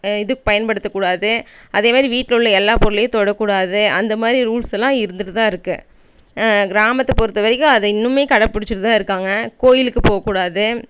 இது பயன்படுத்தக்கூடாது அதே மாரி வீட்டில் உள்ள எல்லா பொருளையும் தொடக்கூடாது அந்த மாரி ரூல்ஸ் எல்லாம் இருந்துகிட்டு தான் இருக்கு கிராமத்தை பொறுத்த வரைக்கும் அதை இன்னுமே கடப்பிடிச்சிட்டு தான் இருக்காங்க கோயிலுக்கு போகக்கூடாது